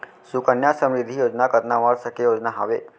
सुकन्या समृद्धि योजना कतना वर्ष के योजना हावे?